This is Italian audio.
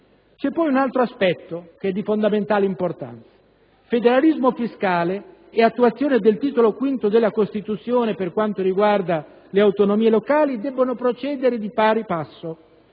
è poi un altro aspetto, che è di fondamentale importanza: federalismo fiscale e attuazione del Titolo V della Costituzione, per quanto riguarda le autonomie locali, debbono procedere di pari passo.